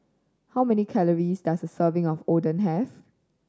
how many calories does a serving of Oden have